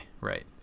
right